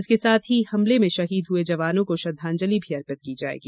इसके साथ ही हमले में शहीद हुए जवानों को श्रद्दांजलि भी अर्पित की जाएगी